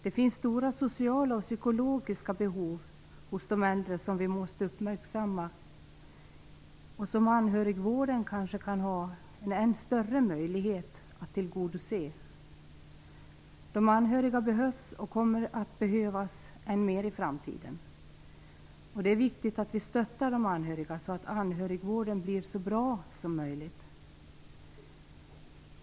Det finns stora sociala och psykologiska behov hos de äldre som vi måste uppmärksamma och som anhörigvården kanske kan ha större möjlighet att tillgodose. De anhöriga behövs och kommer att behövas än mer i framtiden. Det är viktigt att vi stöttar de anhöriga så att anhörigvården blir så bra som möjligt.